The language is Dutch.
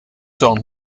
dan